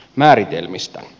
määritelmistä